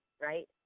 Right